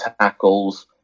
tackles